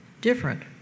different